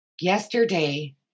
yesterday